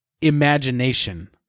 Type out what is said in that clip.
imagination